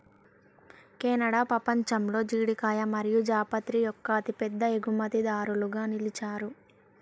Canada పపంచంలో జీడికాయ మరియు జాపత్రి యొక్క అతిపెద్ద ఎగుమతిదారులుగా నిలిచారు